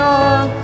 on